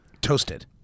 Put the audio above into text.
Toasted